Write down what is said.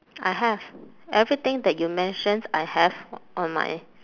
I have everything that you mentioned I have on my